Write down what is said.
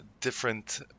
different